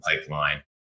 pipeline